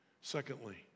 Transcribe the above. Secondly